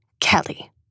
Kelly